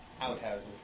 Outhouses